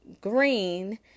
green